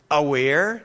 aware